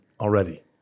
already